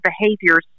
behaviors